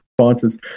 responses